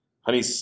Honey